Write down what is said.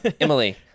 Emily